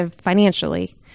financially